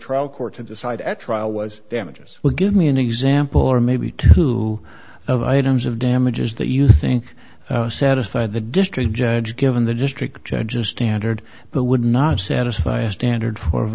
trial court to decide at trial was damages will give me an example or maybe two of items of damages that you think satisfy the district judge given the district judges standard but would not satisfy a standard for